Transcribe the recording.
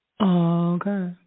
Okay